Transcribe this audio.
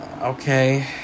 okay